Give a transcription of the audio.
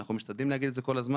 ואנחנו משתדלים להגיד את זה כל הזמן: